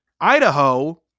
Idaho